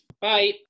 Bye